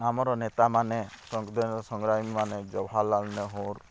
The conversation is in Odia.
ଆମର ନେତା ମାନେ ସ୍ବାଧିନତା ସଂଗ୍ରାମୀମାନେ ଜବାହାରଲାଲ ନେହେରୁ